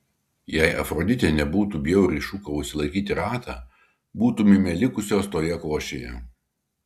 jei afroditė nebūtų bjauriai šūkavusi laikyti ratą būtumėme likusios toje košėje